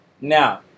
Now